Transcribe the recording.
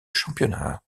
championnat